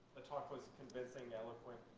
the talk was convincing, eloquent,